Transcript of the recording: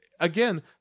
Again